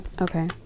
Okay